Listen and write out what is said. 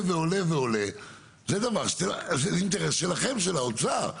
ועולה ועולה זה דבר ש זה אינטרס שלכם של האוצר,